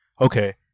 Okay